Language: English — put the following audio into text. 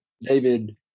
David